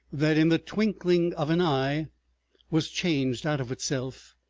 that in the twinkling of an eye was changed out of itself,